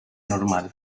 normal